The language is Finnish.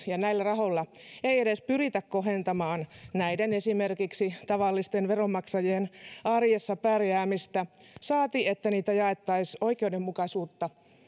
ja näillä rahoilla ei edes pyritä kohentamaan näiden esimerkiksi tavallisten veronmaksajien arjessa pärjäämistä saati että niillä jaettaisiin oikeudenmukaisuutta